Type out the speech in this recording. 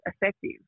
effective